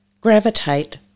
gravitate